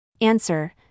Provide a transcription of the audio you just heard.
Answer